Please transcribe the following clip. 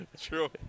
True